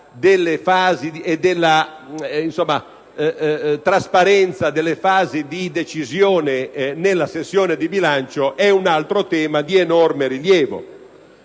trasparenza delle fasi di decisione nella sessione di bilancio, si tratta di un altro tema di enorme rilievo.